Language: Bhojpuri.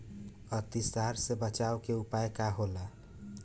अतिसार से बचाव के उपाय का होला?